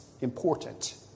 important